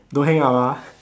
don't hang up ah